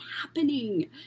happening